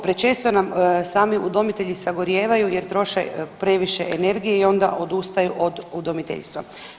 Prečesto nam sami udomitelji sagorijevaju jer troše previše energije i onda odustaju od udomiteljstva.